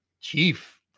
chief